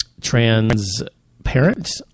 Transparent